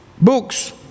books